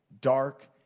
dark